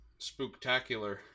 spooktacular